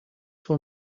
for